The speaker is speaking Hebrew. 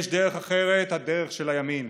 יש דרך אחרת, הדרך של הימין.